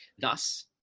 Thus